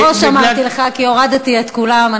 בגלל, בכוונה מראש אמרתי לך, כי הורדתי את כולם.